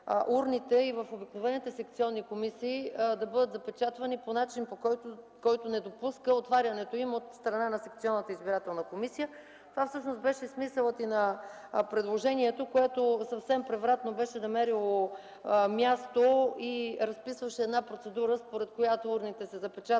и в обикновените секционни комисии по начин, който не допуска отварянето им от страна на секционната избирателна комисия. Това всъщност беше смисълът на предложението, което съвсем превратно беше намерило място и разписваше една процедура, според която урните се запечатваха